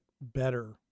better